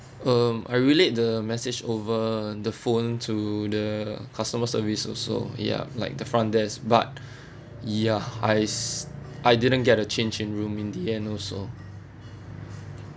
um I relay the message over the phone to the customer service also ya like the front desk but ya I s~ I didn't get a change in room in the end also